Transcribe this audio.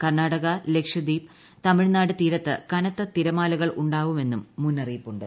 കർണ്ണാടക ലക്ഷദ്വീപ് തമിഴ്നാട് തീരത്ത് കനത്ത് തിരമാലകൾ ഉണ്ടാവുമെന്നും മുന്നറിയിപ്പുണ്ട്